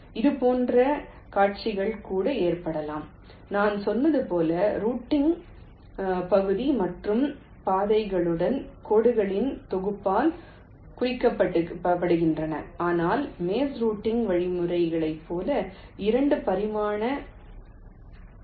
இதுபோன்ற காட்சிகள் கூட ஏற்படலாம் நான் சொன்னது போல் ரூட்டிங் பகுதி மற்றும் பாதைகளும் கோடுகளின் தொகுப்பால் குறிக்கப்படுகின்றன ஆனால் மேஸ் ரூட்டிங் வழிமுறைகளைப் போல 2 பரிமாண மேட்ரிக்ஸாக அல்ல